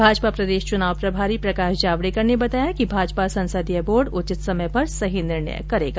भाजपा प्रदेश चुनाव प्रभारी प्रकाश जावडेकर ने बताया कि भाजपा संसदीय बोर्ड उचित समय पर सही निर्णय करेगा